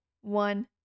one